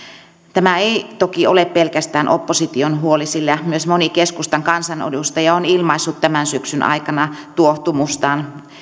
tämä ei toki ole pelkästään opposition huoli sillä myös moni keskustan kansanedustaja on ilmaissut tämän syksyn aikana tuohtumustaan